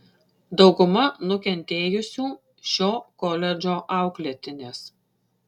dauguma nukentėjusių šio koledžo auklėtinės